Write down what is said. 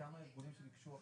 כמה חודשים?